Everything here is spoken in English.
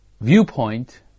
viewpoint